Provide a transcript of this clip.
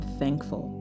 thankful